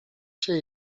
się